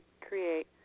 create